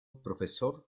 profesor